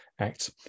act